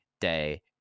day